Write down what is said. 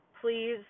please